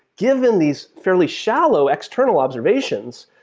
given these fairly shallow external observations,